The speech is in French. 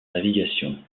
navigation